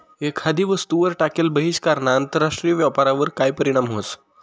एखादी वस्तूवर टाकेल बहिष्कारना आंतरराष्ट्रीय व्यापारवर काय परीणाम व्हस?